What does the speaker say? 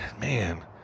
Man